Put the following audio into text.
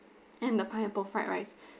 and the pineapple fried rice